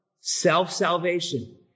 self-salvation